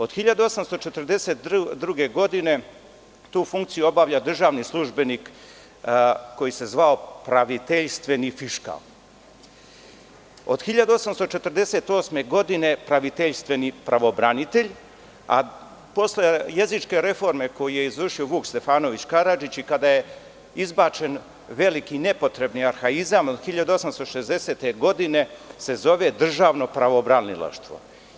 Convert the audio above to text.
Od 1842. godine tu funkciju obavlja državni službenik koji se zvao – praviteljstveni fiškal, od 1848. godine praviteljstveni pravobranitelj, a posle jezičke reforme koju je izvršio Vuk Stefanović Karadžić i kada je izbačen veliki nepotrebni arhaizam od 1860. godine se zove – državno pravobranilaštvo.